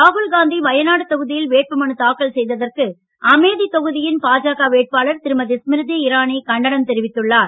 ராகுல்காந்தி வயநாடு தொகுதியில் வேட்புமனு தாக்கல் செய்ததை அமேதி தொகுதியின் பாஜக வேட்பாளர் திருமதி ஸ்மிருதி இரானி கண்டனம் தெரிவித்துள்ளார்